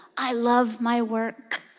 i love my work.